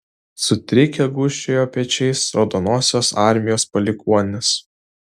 sutrikę gūžčiojo pečiais raudonosios armijos palikuonys